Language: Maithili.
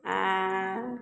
आओर